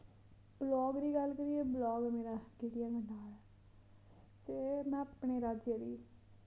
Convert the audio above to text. block दी गल्ल करिये ब्लाक मेरा ते में अपने राज्य दी